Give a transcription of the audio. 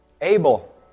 Abel